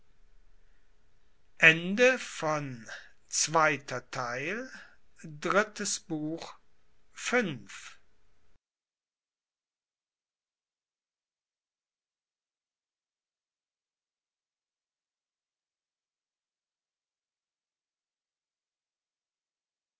zweiter theil drittes buch